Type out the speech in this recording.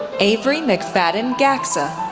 avery mcfadden gaxha,